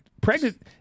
Pregnant